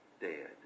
dead